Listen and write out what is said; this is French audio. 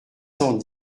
cent